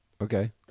Okay